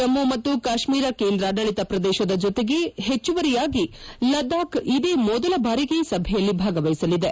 ಜಮ್ನು ಮತ್ತು ಕಾಶ್ವೀರ ಕೇಂದ್ರಾದಳಿತ ಪ್ರದೇಶದ ಜೊತೆಗೆ ಹೆಚ್ಚುವರಿಯಾಗಿ ಲಡಾಖ್ ಇದೇ ಮೊದಲ ಬಾರಿಗೆ ಸಭೆಯಲ್ಲಿ ಭಾಗವಹಿಸಲಿದೆ